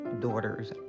daughter's